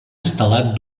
instal·lat